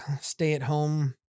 stay-at-home